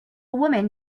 woman